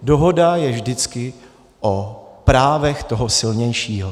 Dohoda je vždycky o právech toho silnějšího.